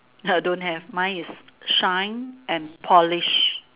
uh don't have mine is shine and polish